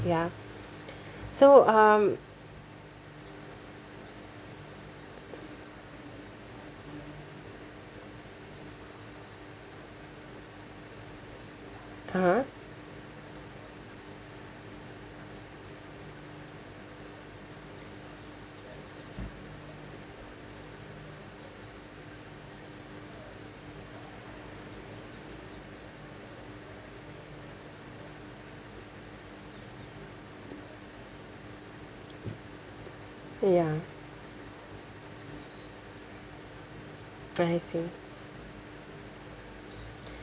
ya so um (uh huh) ya oh I see